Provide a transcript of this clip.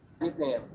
nickname